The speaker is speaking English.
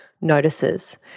notices